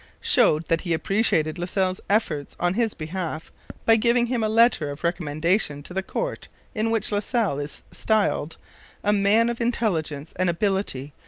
showed that he appreciated la salle's efforts on his behalf by giving him a letter of recommendation to the court in which la salle is styled a man of intelligence and ability,